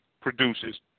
produces